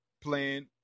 plan